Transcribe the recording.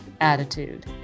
attitude